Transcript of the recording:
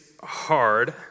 hard